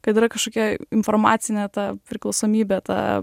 kad yra kažkokia informacinė ta priklausomybė ta